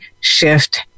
shift